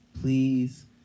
Please